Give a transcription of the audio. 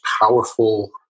powerful